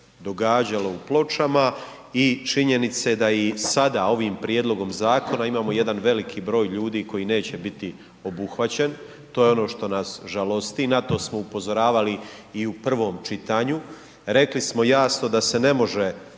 događalo u Pločama i činjenice da i sada ovim prijedlogom zakona imamo jedan veliki broj ljudi koji neće biti obuhvaćen. To je ono što nas žalosti i na to smo upozoravali i u prvom čitanju. Rekli smo jasno da se ne može